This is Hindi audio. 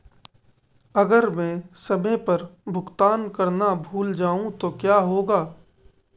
अगर मैं समय पर भुगतान करना भूल जाऊं तो क्या होगा?